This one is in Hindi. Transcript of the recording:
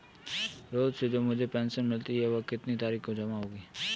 रोज़ से जो मुझे पेंशन मिलती है वह कितनी तारीख को जमा होगी?